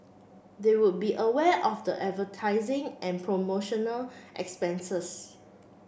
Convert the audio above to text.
they would be aware of the advertising and promotional expenses